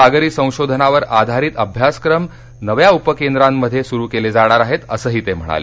सागरी संशोधनावर आधारित अभ्यासक्रम नव्या उपकेंद्रांमध्ये सुरू केले जाणार आहेत असंही ते म्हणाले